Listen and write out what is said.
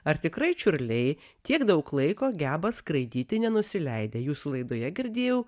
ar tikrai čiurliai tiek daug laiko geba skraidyti nenusileidę jūsų laidoje girdėjau